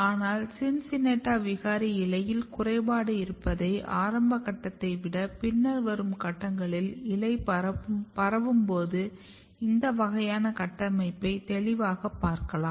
ஆனால் CINCINNATA விகாரி இலையில் குறைபாடு இருப்பதை ஆரம்ப கட்டத்தை விட பின்னர் வரும் கட்டங்களில் இலை பரவும்போது இந்த வகையான கட்டமைப்பை தெளிவாக பார்க்கலாம்